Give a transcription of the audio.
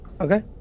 Okay